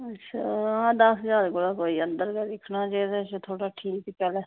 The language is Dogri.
अच्छा दस ज्हार कोला कोई अन्दर गै दिक्खना जे कोई ठीक थ्होई जा ते